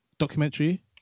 documentary